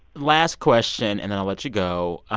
last question, and then i'll let you go. ah